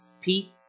Pete